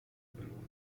belohnung